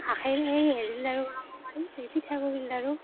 আখেইৰ এই হেৰিৰ লাড়ু বনাব পাৰি কি পিঠাগুড়িৰ লাড়ু